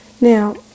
Now